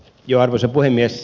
arvoisa puhemies